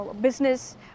business